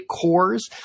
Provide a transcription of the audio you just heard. cores